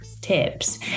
tips